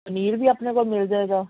ਪਨੀਰ ਵੀ ਆਪਣੇ ਕੋਲ ਮਿਲ ਜਾਏਗਾ